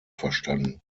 verstanden